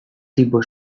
tipo